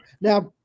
now